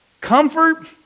Comfort